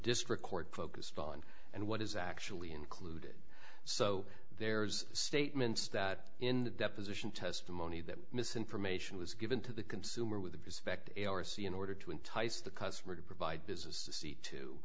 district court focused on and what is actually included so there's statements that in deposition testimony that misinformation was given to the consumer with respect or c in order to entice the customer to provide business to